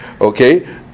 Okay